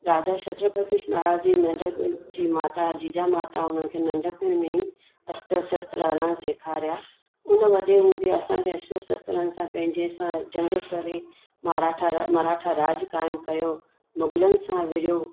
राजा क्षत्रपती शिवाजी महाराज जीअं नंंढिपण जी माता जीजा माता हुन खे नंढपिण में ई अस्त्र शस्त्र हलायण सेखारिया उन वॾे हूंदे असांखे अस्त्र शस्त्रनि सां पंहिंजीअ जंग करे माराठा माराठा राॼु क़ाइमु कयो मुघलनि सां विड़ियो